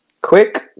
quick